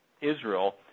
Israel